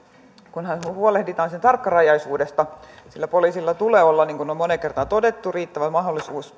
kunhan huolehditaan sen tarkkarajaisuudesta sillä poliisilla tulee olla niin kuin on moneen kertaan todettu riittävä mahdollisuus